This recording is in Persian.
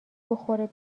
بخوره